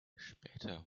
später